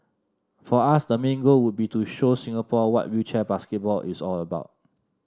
for us the main goal would be to show Singapore what wheelchair basketball is all about